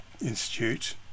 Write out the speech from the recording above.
Institute